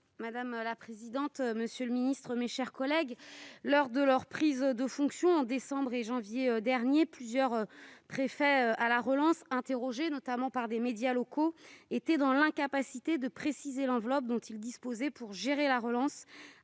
Mme Cécile Cukierman. Monsieur le ministre, lors de leur prise de fonctions aux mois de décembre et janvier derniers, plusieurs sous-préfets à la relance, interrogés notamment par des médias locaux, étaient dans l'incapacité de préciser l'enveloppe dont ils disposaient pour gérer la relance,